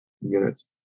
units